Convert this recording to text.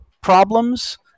problems